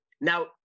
Now